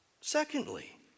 secondly